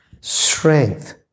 strength